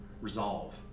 resolve